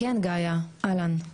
כן גאיה, אהלן.